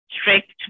strict